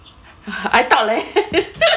I thought leh